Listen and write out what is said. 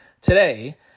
today